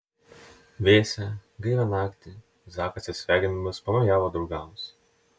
vėsią gaivią naktį zakas atsisveikindamas pamojavo draugams